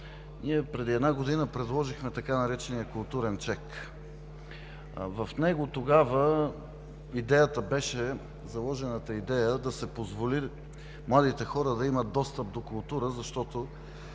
ние преди една година предложихме така наречения културен чек. Заложената идея в него тогава беше да се позволи на младите хора да имат достъп до култура, защото